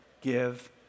give